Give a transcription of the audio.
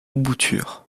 boutures